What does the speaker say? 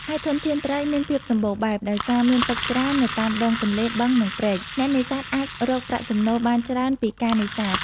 ហើយធនធានត្រីមានភាពសម្បូរបែប ដោយសារមានទឹកច្រើននៅតាមដងទន្លេ បឹង និងព្រែក អ្នកនេសាទអាចរកប្រាក់ចំណូលបានច្រើនពីការនេសាទ។